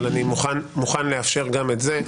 אבל אני מוכן לאפשר גם את זה.